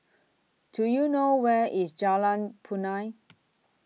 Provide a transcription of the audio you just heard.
Do YOU know Where IS Jalan Punai